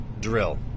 drill